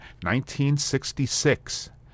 1966